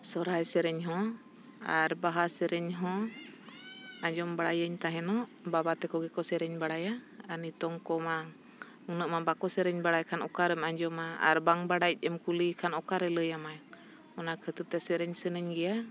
ᱥᱚᱦᱨᱟᱭ ᱥᱮᱨᱮᱧ ᱦᱚᱸ ᱟᱨ ᱵᱟᱦᱟ ᱥᱮᱨᱮᱧ ᱦᱚᱸ ᱟᱸᱡᱚᱢ ᱵᱟᱲᱟᱭᱟᱹᱧ ᱛᱟᱦᱮᱱᱚᱜ ᱵᱟᱵᱟ ᱛᱟᱠᱚ ᱜᱮᱠᱚ ᱥᱮᱨᱮᱧ ᱵᱟᱲᱟᱭᱟ ᱟᱨ ᱱᱤᱛᱳᱝ ᱠᱚᱢᱟ ᱩᱱᱟᱹᱜ ᱢᱟ ᱵᱟᱠᱚ ᱥᱮᱨᱮᱧ ᱵᱟᱲᱟᱭ ᱠᱷᱟᱱ ᱚᱠᱟᱨᱮᱢ ᱟᱸᱡᱚᱢᱟ ᱟᱨ ᱵᱟᱝ ᱵᱟᱰᱟᱭᱤᱡ ᱮᱢ ᱠᱩᱞᱤᱭᱮ ᱠᱷᱟᱱ ᱚᱠᱟᱨᱮ ᱞᱟᱹᱭᱟᱢᱟᱭ ᱚᱱᱟ ᱠᱷᱟᱹᱛᱤᱨ ᱛᱮ ᱥᱮᱨᱮᱧ ᱥᱟᱹᱱᱟᱹᱧ ᱜᱮᱭᱟ